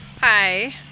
Hi